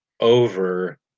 over